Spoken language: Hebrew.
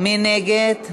מי נגד?